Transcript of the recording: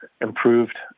improved